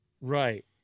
Right